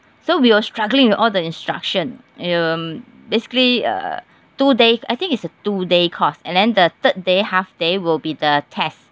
so we were struggling with all the instruction um basically uh two days I think it's a two day course and then the third day half day will be the test